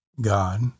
God